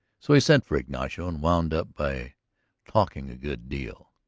so he sent for ignacio and wound up by talking a good deal.